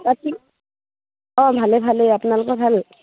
অঁ ভালে ভালেই আপোনালোকৰ ভাল